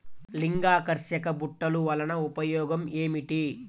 లింగాకర్షక బుట్టలు వలన ఉపయోగం ఏమిటి?